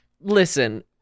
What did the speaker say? listen